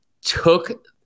took